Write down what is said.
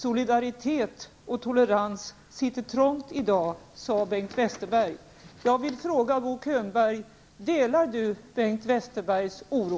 ''Solidaritet och tolerans sitter trångt i dag'', sade Könberg Bengt Westerbergs oro?